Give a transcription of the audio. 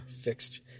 fixed